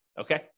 okay